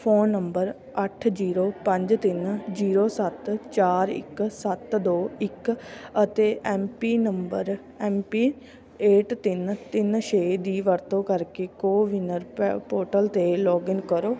phone number ਅੱਠ zero ਪੰਜ ਤਿੰਨ ਜੀਰੋ ਸੱਤ ਚਾਰ ਇੱਕ ਸੱਤ ਦੋ ਇੱਕ ਅਤੇ M P number M P eight ਤਿੰਨ ਤਿੰਨ ਛੇ ਦੀ ਵਰਤੋਂ ਕਰਕੇ ਕੋਹਵਿਨਰ ਪੈ ਪੋਰਟਲ 'ਤੇ ਲੋਗਇਨ ਕਰੋ